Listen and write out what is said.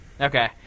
Okay